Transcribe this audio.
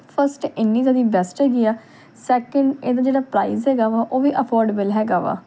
first ਇੰਨੀ ਜ਼ਿਆਦਾ best ਹੈਗੀ ਆ ਸੈਕਿੰਡ ਇਹਦਾ ਜਿਹੜਾ ਪ੍ਰਾਈਜ ਹੈਗਾ ਵਾ ਉਹ ਵੀ ਅਫੋਰਡਬਲ ਹੈਗਾ ਵਾ